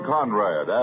Conrad